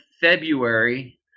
February